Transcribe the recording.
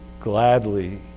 gladly